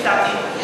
לפי דעתי,